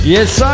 Yes